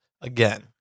again